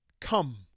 Come